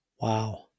Wow